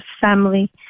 family